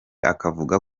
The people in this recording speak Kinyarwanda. akavuga